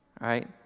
right